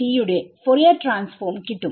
ന്റെ Fourier transform കിട്ടും